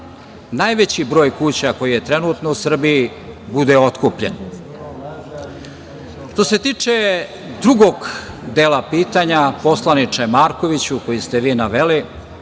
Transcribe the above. najveći broj kuća koji je trenutno u Srbiji bude otkupljen. Što se tiče drugog dela pitanja, poslaniče Markoviću, koje ste vi naveli,